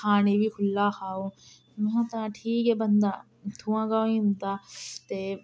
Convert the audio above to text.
खाने बी खुल्ला खाओ महां तां ठीक ऐ बंदा इत्थुंआं गै होई जंदा ते